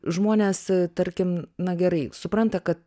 žmonės tarkim na gerai supranta kad